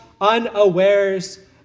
unawares